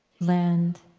land